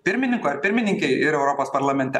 pirmininkui ar pirmininkei ir europos parlamente